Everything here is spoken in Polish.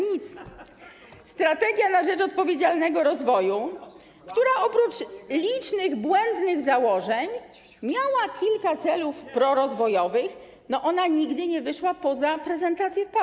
Nic. „Strategia na rzecz odpowiedzialnego rozwoju”, która oprócz licznych błędnych założeń miała kilka celów prorozwojowych, nigdy nie wyszła poza prezentację w PowerPoint.